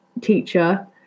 teacher